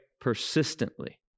persistently